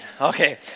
okay